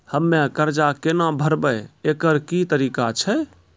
हम्मय कर्जा केना भरबै, एकरऽ की तरीका छै?